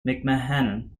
mcmahon